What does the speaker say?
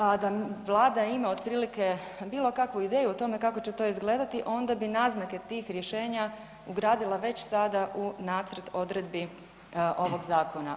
A da vlada ima otprilike bilo kakvu ideju o tome kako će to izgledati onda bi naznake tih rješenja ugradila već sada u nacrt odredbi ovog zakona.